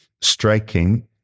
striking